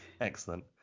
excellent